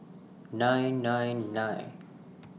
nine nine nine